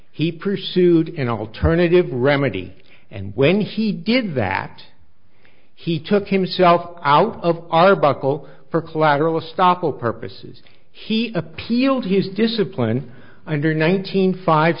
he pursued an alternative remedy and when he did that he took himself out of arbuckle for collateral estoppel purposes he appealed his discipline under nineteen five